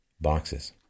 boxes